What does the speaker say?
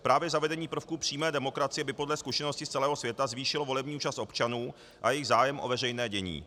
Právě zavedení prvků přímé demokracie by podle zkušeností z celého světa zvýšilo volební účast občanů a jejich zájem o veřejné dění.